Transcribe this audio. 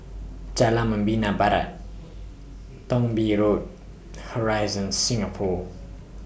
Jalan Membina Barat Thong Bee Road Horizon Singapore